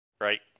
Right